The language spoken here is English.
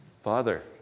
Father